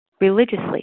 religiously